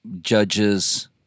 judges